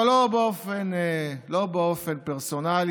אבל לא באופן פרסונלי.